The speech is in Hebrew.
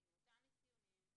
עם אותם אפיונים,